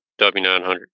W900